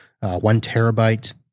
one-terabyte